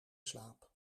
slaap